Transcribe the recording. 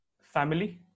Family